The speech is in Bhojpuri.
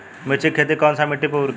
मिर्ची के खेती कौन सा मिट्टी पर करी?